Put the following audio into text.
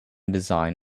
design